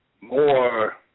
more